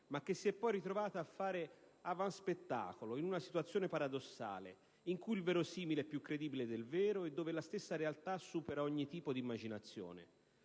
ma che si è poi ritrovata a fare avanspettacolo in una situazione paradossale, in cui il verosimile è più credibile del vero e dove la stessa realtà supera ogni tipo di immaginazione.